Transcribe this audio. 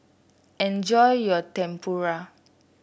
enjoy your Tempura